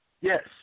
Yes